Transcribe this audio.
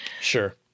Sure